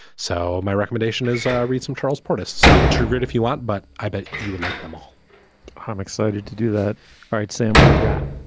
so my recommendation is i read some charles portis start with true grit if you want, but i bet you would like them all i'm excited to do that. all right, sam, what do you got?